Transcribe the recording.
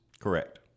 Correct